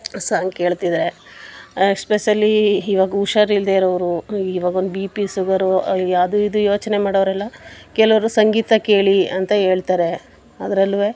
ಆ ಸಾಂಗ್ ಕೇಳ್ತಿದ್ದರೆ ಎಸ್ಪೆಸಲ್ಲಿ ಇವಾಗ ಹುಷಾರಿಲ್ದೇ ಇರೋವ್ರು ಇವಾಗೊಂದು ಬಿ ಪಿ ಸುಗರು ಅದು ಇದು ಯೋಚನೆ ಮಾಡೋರೆಲ್ಲಾ ಕೆಲವರು ಸಂಗೀತ ಕೇಳಿ ಅಂತ ಹೇಳ್ತಾರೆ ಅದ್ರಲ್ಲೂ